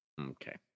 Okay